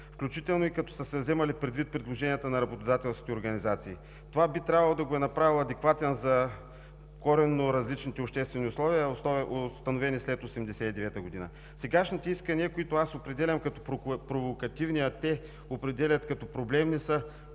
включително и като са се вземали предвид предложенията на работодателските организации. Това би трябвало да го е направил адекватен за коренно различните обществени условия, установени след 1989 г. Сегашните искания, които аз определям като провокативни, а те определят като проблемни, са: